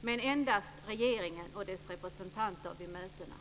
med endast regeringen och dess representanter vid mötena.